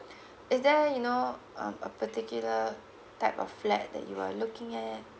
is there you know um a particular type of flat that you are looking at